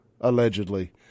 allegedly